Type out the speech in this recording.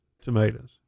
tomatoes